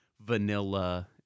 vanilla